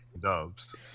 dubs